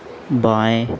बाएं